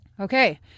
Okay